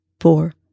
four